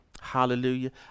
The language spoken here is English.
Hallelujah